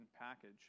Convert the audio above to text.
package